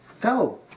go